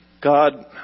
God